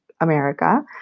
America